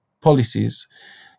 policies